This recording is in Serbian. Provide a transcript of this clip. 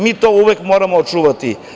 Mi to uvek moramo čuvati.